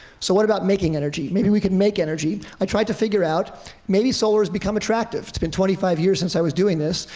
so what about making energy? maybe we could make energy. i tried to figure out maybe solar's become attractive. it's been twenty five years since i was doing this,